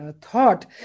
thought